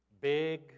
Big